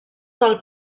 del